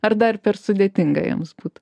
ar dar per sudėtinga jiems būtų